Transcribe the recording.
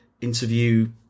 interview